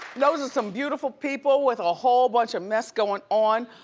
those are some beautiful people with a whole bunch of mess going on.